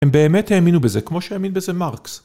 הם באמת האמינו בזה כמו שהאמין בזה מרקס.